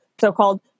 so-called